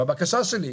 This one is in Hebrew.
הבקשה שלי: